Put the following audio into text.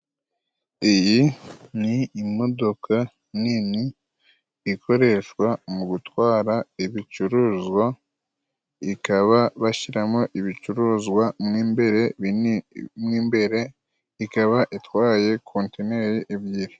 Iyi ni imodoka nini ikoreshwa mu gutwara ibicuruzwa, ikaba bashyiramo ibicuruzwa mo imbere, mo imbere ikaba itwaye contineri ebyiri.